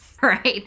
right